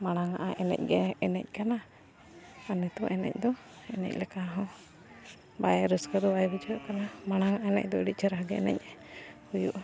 ᱢᱟᱲᱟᱝ ᱟᱜ ᱮᱱᱮᱡ ᱜᱮ ᱮᱱᱮᱡ ᱠᱟᱱᱟ ᱟᱨ ᱱᱤᱛᱳᱜ ᱮᱱᱮᱡ ᱫᱚ ᱮᱱᱮᱡ ᱞᱮᱠᱟ ᱦᱚᱸ ᱵᱟᱭ ᱨᱟᱹᱥᱠᱟᱹ ᱫᱚ ᱵᱟᱭ ᱵᱩᱡᱷᱟᱹᱜ ᱠᱟᱱᱟ ᱢᱟᱲᱟᱝ ᱮᱱᱮᱡ ᱫᱚ ᱟᱹᱰᱤ ᱪᱮᱦᱨᱟ ᱜᱮ ᱮᱱᱮᱡ ᱦᱩᱭᱩᱜᱼᱟ